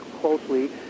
closely